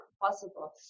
possible